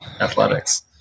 athletics